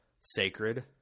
sacred